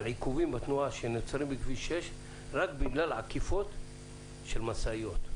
על עיכובים בתנועה שנוצרים בכביש 6 רק בגלל עקיפות של משאיות.